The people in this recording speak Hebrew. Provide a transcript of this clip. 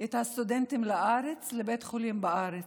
את הסטודנטית לארץ, לבית חולים בארץ.